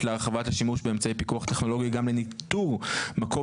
להרחבת השימוש באמצעי פיקוח טכנולוגי גם לניטור מקום